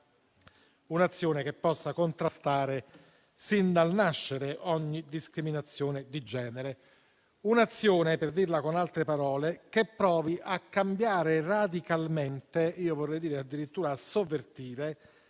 un'azione che possa contrastare sin dal nascere ogni discriminazione di genere; un'azione - per dirla con altre parole - che provi a cambiare radicalmente, addirittura a sovvertire,